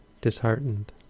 disheartened